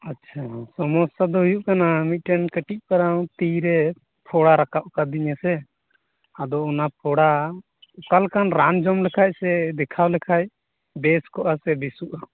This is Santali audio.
ᱟᱪᱪᱷᱟ ᱥᱚᱢᱚᱥᱥᱟ ᱫᱚ ᱦᱩᱭᱩᱜ ᱠᱟᱱᱟ ᱢᱤᱫᱴᱟᱱ ᱠᱟ ᱴᱤᱡ ᱯᱟᱨᱟᱝ ᱛᱤᱨᱮ ᱯᱷᱚᱲᱟ ᱨᱟᱠᱟᱵ ᱠᱟᱣᱫᱤᱧᱟ ᱥᱮ ᱟᱫᱚ ᱚᱱᱟ ᱯᱷᱚᱲᱟ ᱚᱠᱟᱞᱮᱠᱟᱱ ᱨᱟᱱ ᱡᱚᱢ ᱞᱮᱠᱷᱟᱱ ᱥᱮ ᱫᱮᱠᱷᱟᱣ ᱞᱮᱠᱷᱟᱡ ᱵᱮᱥ ᱠᱚᱜᱼᱟ ᱥᱮ ᱵᱮᱥᱚᱜ ᱟ